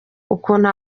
ukuntu